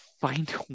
find